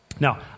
Now